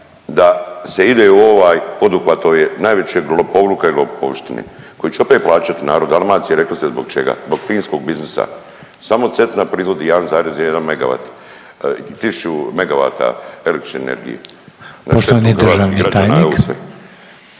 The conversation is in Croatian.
da se ide u ovaj poduhvat ove najvećeg lopovluka i lopovštine koji će opet plaćati narod Dalmacije rekli ste zbog čega. Zbog plinskog biznisa. Samo Cetina proizvodi 1,1 megavat i 1.000 megavata električne energije. …/Govornici govore